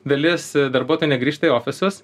dalis darbuotojų negrįžta į ofisus